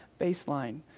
baseline